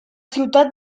ciutat